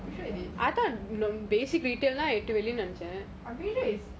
I'm pretty sure it is I'm prettry sure it's